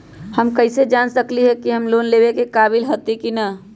हम कईसे जान सकली ह कि हम लोन लेवे के काबिल हती कि न?